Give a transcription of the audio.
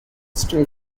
still